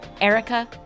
Erica